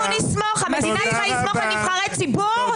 אנחנו נסמוך, המדינה צריכה לסמוך על נבחרי ציבור?